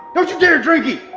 don't you dare drink it!